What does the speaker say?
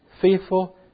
faithful